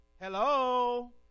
Hello